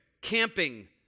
camping